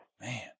Man